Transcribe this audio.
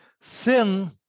sin